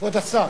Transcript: כבוד השר.